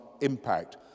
impact